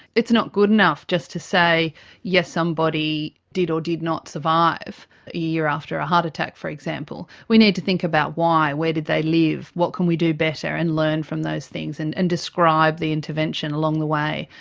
it's not good enough just to say yes, somebody did or did not survive a year after a heart attack, for example. we need to think about why, where did they live, what can we do better, and learn from those things and and describe the intervention along the way.